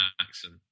accent